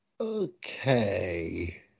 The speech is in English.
Okay